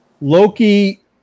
Loki